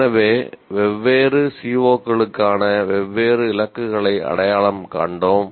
எனவே வெவ்வேறு COக்களுக்கான வெவ்வேறு இலக்குகளை இங்கே அடையாளம் கண்டோம்